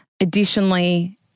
Additionally